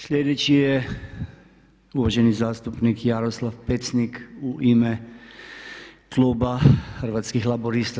Sljedeći je uvaženi zastupnik Jaroslav Pecnik u ime kluba Hrvatskih laburista.